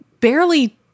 barely